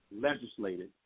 legislated